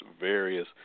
various